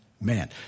man